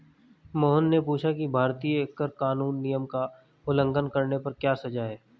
मोहन ने पूछा कि भारतीय कर कानून नियम का उल्लंघन करने पर क्या सजा है?